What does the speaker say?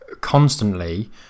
constantly